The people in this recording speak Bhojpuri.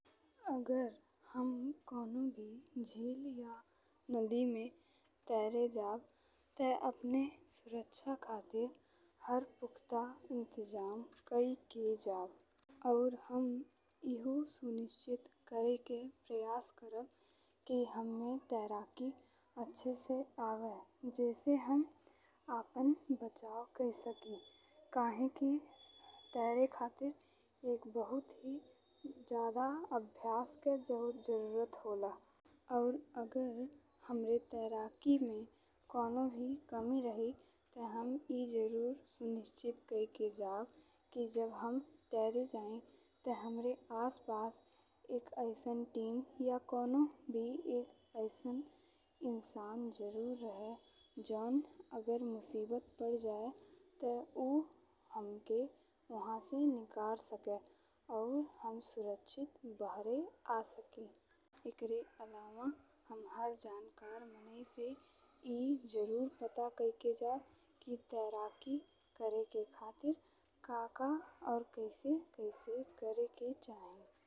अगर हम कऊनौ भी जेल या नदी में तैरे जब ते अपने सुरक्षा खातीर हर पुख्ता इंतजाम कई के जब और हम इहो सुनिश्चित करेके प्रयास करब कि हम्मे तैराकी अच्छे से आवे जेसे गम अपन बचाव कई सकी। काहे कि तैरे खातीर एक बहुत ही जादा अभ्यास के जरूरत होला और अगर हमरे तैराकी में काउने भी कमी रही त हम ए जरूर सुनिश्चित कई के जब कि जब हम तैरे जाए त हमरे आस पास एक अइसन टीम या कऊनौ भी एक अइसन इंसान जरूर रहे जऊन अगर मुसीबत पड़ी जाए त उ हमके ओहा से निकार सके और हम सुरक्षित बाहरे आ सकी। एकरे अलावा हम हर जानकार मनई से ए जरूर पता कई के जब कि तैराकी करे के खातिर का-का और कैसे-कैसे करेके चाही।